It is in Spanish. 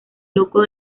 loco